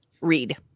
read